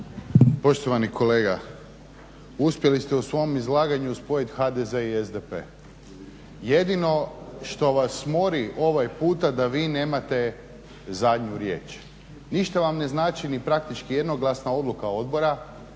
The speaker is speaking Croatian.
Poštovani kolega, uspjeli ste u svom izlaganju spojit HDZ i SDP. Jedino što vas mori ovaj puta da vi nemate zadnju riječ. Ništa vam ne znači ni praktički jednoglasna odluka odbora,